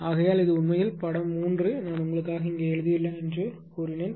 ஆகையால் இது உண்மையில் படம் 3 நான் உங்களுக்காக இங்கே எழுதியுள்ளேன் என்று சொன்னேன்